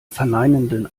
verneinenden